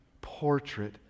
portrait